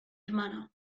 hermana